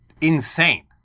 insane